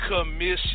commission